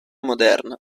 moderna